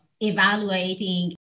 evaluating